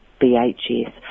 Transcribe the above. BHS